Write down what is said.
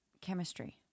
Chemistry